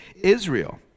Israel